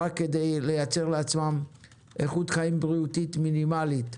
רק כדי לייצר לעצמם איכות חיים בריאותית מינימלית,